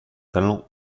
talent